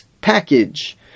package